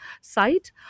site